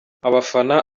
abafana